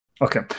Okay